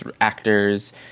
actors